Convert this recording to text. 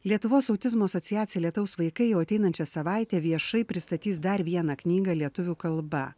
lietuvos autizmo asociacija lietaus vaikai jau ateinančią savaitę viešai pristatys dar vieną knygą lietuvių kalba